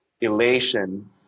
elation